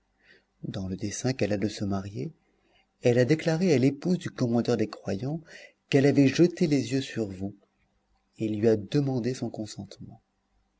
dans le dessein qu'elle a de se marier elle a déclaré à l'épouse du commandeur des croyants qu'elle avait jeté les yeux sur vous et lui a demandé son consentement